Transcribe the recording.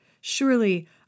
Surely